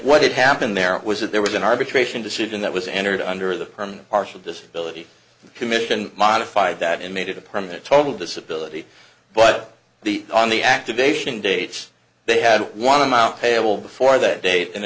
what had happened there it was that there was an arbitration decision that was entered under the perm partial disability commission modified that and made it a permit total disability but the on the activation dates they had one amount payable before that date and